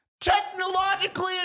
technologically